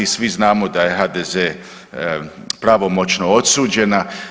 Svi znamo da je HDZ pravomoćno osuđena.